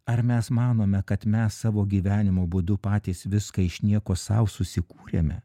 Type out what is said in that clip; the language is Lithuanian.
ar mes manome kad mes savo gyvenimo būdu patys viską iš nieko sau susikūrėme